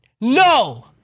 No